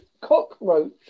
cockroach